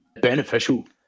beneficial